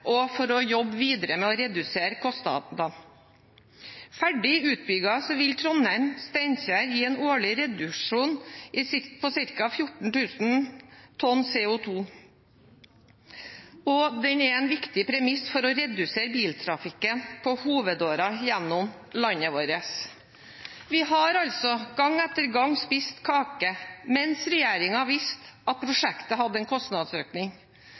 og for å jobbe videre med å redusere kostnadene. Ferdig utbygd vil Trondheim–Steinkjer gi en årlig reduksjon på ca. 14 000 tonn CO 2 . Det er en viktig premiss for å redusere biltrafikken på hovedåren gjennom landet vårt. Vi har altså gang etter gang spist kake – mens regjeringen visste at prosjektet hadde en kostnadsøkning.